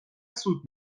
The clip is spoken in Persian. سود